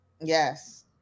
yes